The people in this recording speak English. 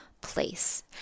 place